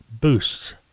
Boosts